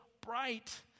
bright